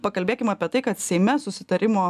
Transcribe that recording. pakalbėkim apie tai kad seime susitarimo